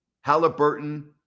Halliburton